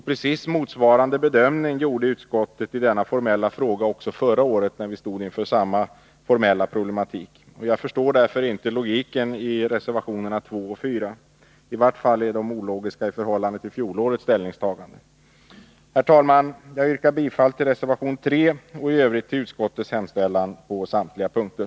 Precis motsvarande bedömning gjorde utskottet förra året, när vi då stod inför samma formella problematik. Jag förstår därför inte logiken i reservationerna 2 och 4. I vart fall är de ologiska i förhållande till fjolårets ställningstagande. Herr talman! Jag yrkar bifall till reservation 3 och i övrigt till utskottets hemställan på samtliga punkter.